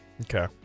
Okay